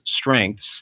strengths